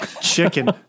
Chicken